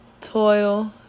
toil